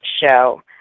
show